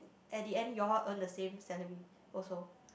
at the end you all earn the same salary also